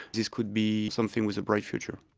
this could be something with a bright future.